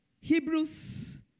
Hebrews